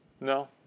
No